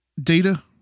Data